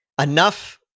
enough